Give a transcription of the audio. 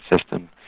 system